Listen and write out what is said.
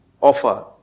offer